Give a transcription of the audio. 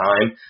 time